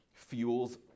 fuels